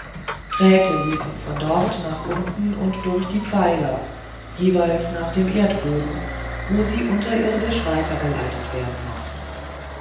drähte liefen von dort nach unten und durch die pfeiler jedenfalls nach dem erdboden wo sie unterirdisch weitergeleitet werden mochten